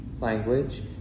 language